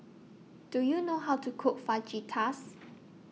Do YOU know How to Cook Fajitas